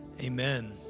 Amen